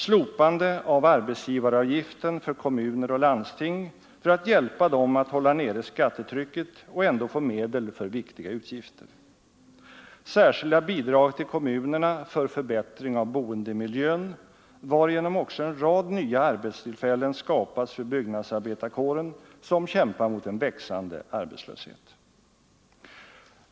Slopande av arbetsgivaravgiften för kommuner och landsting för att hjälpa dem att hålla nere skattetrycket och ändå få medel över för viktiga utgifter. Särskilda bidrag till kommunerna för förbättring av boendemiljön, varigenom också en rad nya arbetstillfällen skapas för byggnadsarbetarkåren, som kämpar mot en växande arbetslöshet.